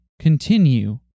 continue